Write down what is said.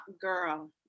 Girl